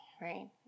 right